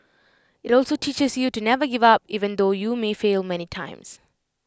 IT also teaches you to never give up even though you may fail many times